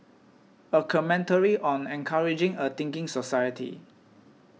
a commentary on encouraging a thinking society